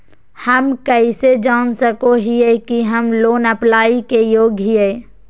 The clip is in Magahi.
हम कइसे जान सको हियै कि हम लोन अप्लाई के योग्य हियै?